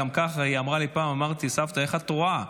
גם ככה, פעם אמרתי: סבתא, איך את רואה?